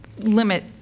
limit